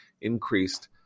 increased